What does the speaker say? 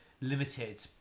limited